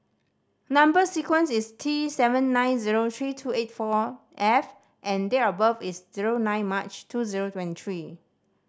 number sequence is T seven nine zero three two eight four F and date of birth is zero nine March two zero twenty three